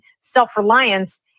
self-reliance